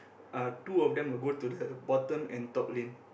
uh two of them will go to the bottom and top lane